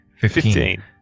Fifteen